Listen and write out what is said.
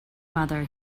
mother